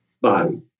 body